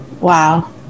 Wow